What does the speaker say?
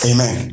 Amen